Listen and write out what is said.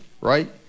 right